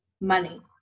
money